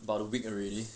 about a week already